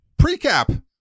precap